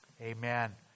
Amen